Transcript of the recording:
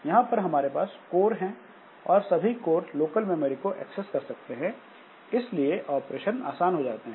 यहां पर हमारे पास कोर है और सभी कोर लोकल मेमोरी को एक्सेस कर सकते हैं इसलिए ऑपरेशन आसान हो जाते हैं